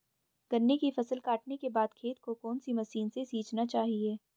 गन्ने की फसल काटने के बाद खेत को कौन सी मशीन से सींचना चाहिये?